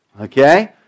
Okay